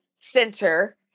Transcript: center